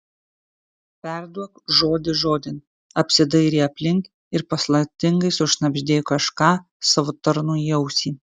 perduok žodis žodin apsidairė aplink ir paslaptingai sušnabždėjo kažką savo tarnui į ausį